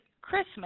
Christmas